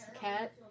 cat